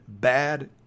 bad